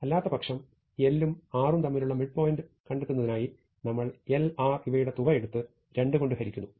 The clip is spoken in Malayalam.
അല്ലാത്തപക്ഷം l ഉം r ഉം തമ്മിലുള്ള മിഡ് പോയിന്റ് കണ്ടെത്തുന്നതിനായി നമ്മൾ l r ഇവയുടെ തുക എടുത്ത് 2 കൊണ്ട് ഹരിക്കുന്നു